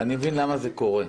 למה זה קורה.